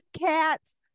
cats